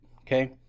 okay